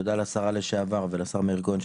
תודה לשרה לשעבר ולשר מאיר כהן,